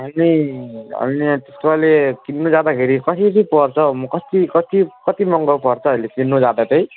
अहिले अहिले यहाँ त्यस्तो अहिलेले किन्नु जाँदाखेरि कसरी पर्छ हौ म कति कति महँगो पर्छ हौ अहिले किन्नु जाँदा चाहिँ